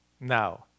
Now